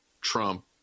Trump